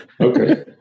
Okay